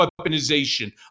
weaponization